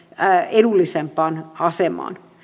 edullisempaan asemaan